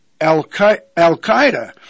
Al-Qaeda